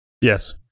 Yes